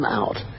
out